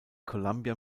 columbia